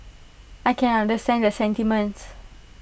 I can understand the sentiments